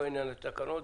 לא עניין לתקנות.